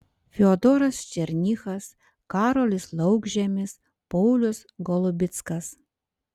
fiodoras černychas karolis laukžemis paulius golubickas